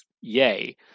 yay